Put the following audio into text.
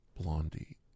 Blondie